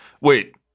Wait